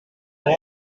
grŵp